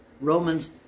Romans